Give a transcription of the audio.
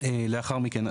לאחר מכן.